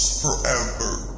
forever